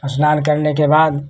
स्नान करने के बाद